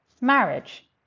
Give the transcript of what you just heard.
marriage